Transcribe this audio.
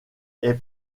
est